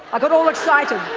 i got all excited.